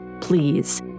please